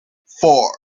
four